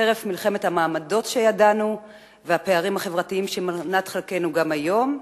חרף מלחמת המעמדות שידענו והפערים החברתיים שהם מנת חלקנו גם היום,